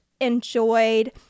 enjoyed